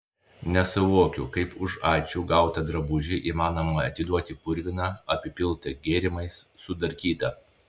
nesuvokiu kaip už ačiū gautą drabužį įmanoma atiduoti purviną apipiltą gėrimais sudarkytą